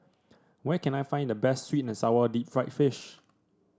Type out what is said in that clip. where can I find the best sweet and sour Deep Fried Fish